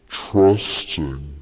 trusting